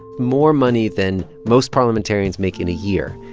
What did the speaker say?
more money than most parliamentarians make in a year.